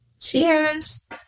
Cheers